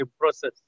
process